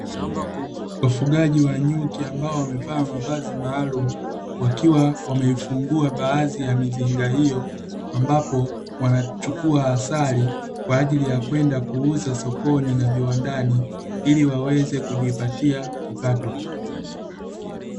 Wafugaji wa nyuki ambao wamevaa mavazi maalumu, wakiwa wameifungua baadhi ya mizinga hiyo. Ambapo wanachukua asali, kwa ajili ya kwenda kuuza sokoni na viwandani ili, waweze kujipatia kipato.